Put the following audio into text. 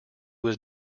was